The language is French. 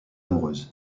amoureuses